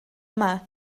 yma